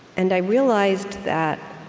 and i realized that